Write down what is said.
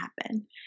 happen